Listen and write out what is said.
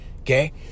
okay